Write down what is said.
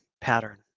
pattern